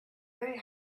very